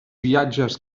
viatges